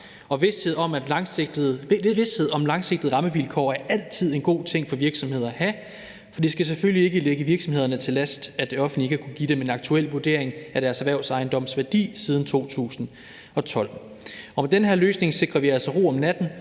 og vished om langsigtede rammevilkår er altid en god ting for virksomheder at have. Vi skal selvfølgelig ikke lægge virksomhederne til last, at det offentlige ikke har kunnet give dem en aktuel vurdering af deres erhvervsejendoms værdi siden 2012. Med den her løsning sikrer vi altså ro om natten,